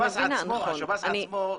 השב"ס עצמו,